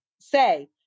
say